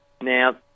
Now